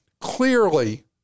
clearly